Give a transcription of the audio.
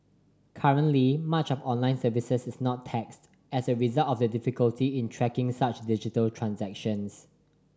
currently much of online services is not taxed as a result of the difficulty in tracking such digital transactions